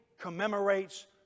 commemorates